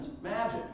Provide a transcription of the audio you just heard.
magic